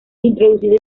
introducido